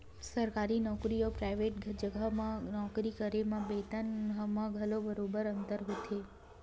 सरकारी नउकरी अउ पराइवेट जघा म नौकरी करे म बेतन म घलो बरोबर अंतर होथे